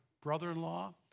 brother-in-law